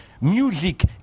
music